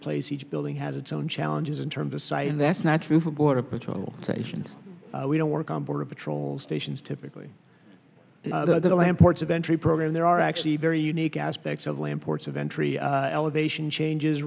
place each building has its own challenges in terms of site and that's not true for border patrol station we don't work on border patrol stations typically the land ports of entry program there are actually very unique aspects of land ports of entry elevation changes